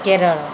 Kerala